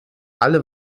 alle